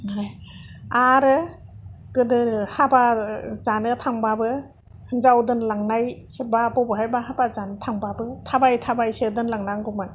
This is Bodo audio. आरो गोदो हाबा जानो थांबाबो हिन्जाव दोनलांनाय बा बबेहायबा हाबा जानो थांबाबो थाबाय थाबायसो दोनलांगौमोन